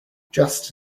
just